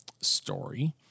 story